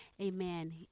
amen